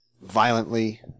violently